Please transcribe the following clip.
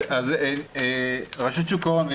אז רשות שוק ההון,